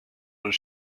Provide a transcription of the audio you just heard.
und